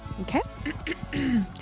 Okay